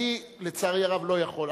אני לצערי הרב לא יכול,